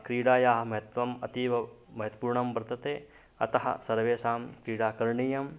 क्रीडायाः महत्वम् अतीव महत्वपूर्णं वर्तते अतः सर्वेषां क्रीडा करणीया